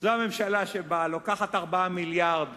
זאת ממשלה שבאה, לוקחת 4 מיליארדים